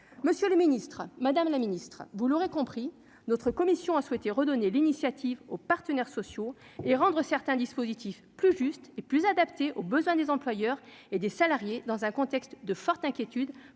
monsieur le Ministre, Madame la Ministre, aurez compris notre commission a souhaité redonner l'initiative aux partenaires sociaux et rendre certains dispositifs plus juste et plus adaptée aux besoins des employeurs et des salariés dans un contexte de forte inquiétude